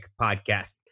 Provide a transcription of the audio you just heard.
podcast